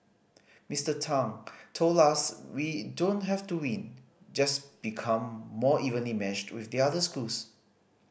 Mister Tang told us we don't have to win just become more evenly matched with the other schools